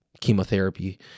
chemotherapy